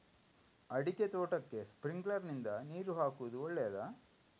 ಅಡಿಕೆ ತೋಟಕ್ಕೆ ಸ್ಪ್ರಿಂಕ್ಲರ್ ನಿಂದ ನೀರು ಹಾಕುವುದು ಒಳ್ಳೆಯದ?